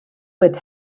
with